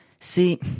See